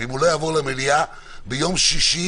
אם הוא לא יעבור למליאה, ביום שישי